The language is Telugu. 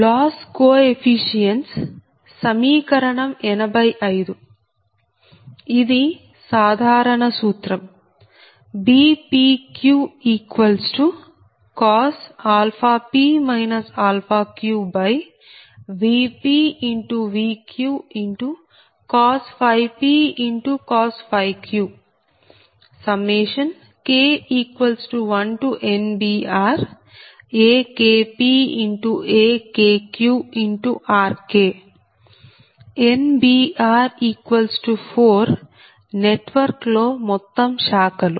లాస్ కోఎఫీషియెంట్స్ సమీకరణం 85 ఇది సాధారణ సూత్రంBpq p q VpVq p q K1NBRAKpAKqRK NBR 4 network లో మొత్తం శాఖలు